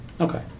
Okay